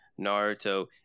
Naruto